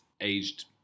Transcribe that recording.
aged